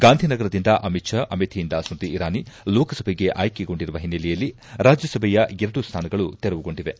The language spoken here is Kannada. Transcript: ಗಾಂಧಿನಗರದಿಂದ ಅಮಿತ್ ಷಾ ಅಮೇಥಿಯಿಂದ ಸ್ತತಿ ಇರಾನಿ ಲೋಕಸಭೆಗೆ ಆಯ್ಲೆಗೊಂಡಿರುವ ಹಿನ್ನೆಲೆಯಲ್ಲಿ ರಾಜ್ಜಸಭೆಯ ಎರಡು ಸ್ಲಾನಗಳು ತೆರವುಗೊಂಡಿವೆ